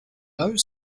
are